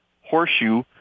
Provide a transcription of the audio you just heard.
Horseshoe